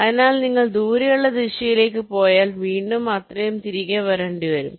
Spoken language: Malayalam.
അതിനാൽ നിങ്ങൾ ദൂരെയുള്ള ദിശയിലേക്ക് പോയാൽ വീണ്ടും അത്രയും തിരികെ വരേണ്ടിവരും